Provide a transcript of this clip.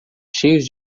cheios